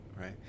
right